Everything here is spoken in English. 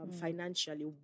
financially